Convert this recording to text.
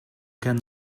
can